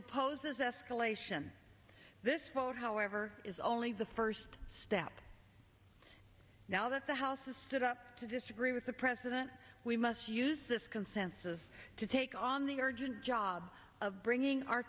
opposes escalation this vote however is only the first step now that the house has stood up to disagree with the president we must use this consensus to take on the urgent job of bringing our